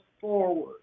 forward